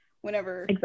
whenever